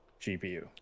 gpu